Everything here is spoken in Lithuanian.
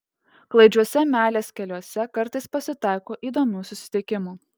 klaidžiuose meilės keliuose kartais pasitaiko įdomių susitikimų